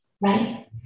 Right